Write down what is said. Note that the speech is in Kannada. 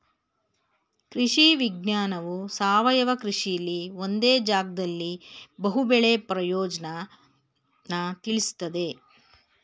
ಕೃಷಿ ವಿಜ್ಞಾನವು ಸಾವಯವ ಕೃಷಿಲಿ ಒಂದೇ ಜಾಗ್ದಲ್ಲಿ ಬಹು ಬೆಳೆ ಪ್ರಯೋಜ್ನನ ತಿಳುಸ್ತದೆ